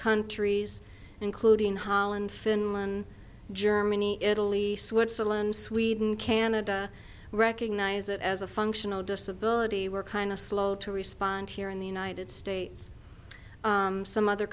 countries including holland finland germany italy switzerland sweden canada recognize it as a functional disability we're kind of slow to respond here in the united states some other